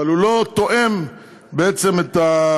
אבל הוא לא תואם בעצם את,